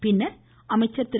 பின்னர் அமைச்சர் திரு